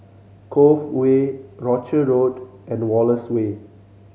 Cove Way Rochor Road and Wallace Way